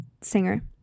singer